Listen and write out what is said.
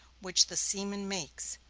which the seaman makes,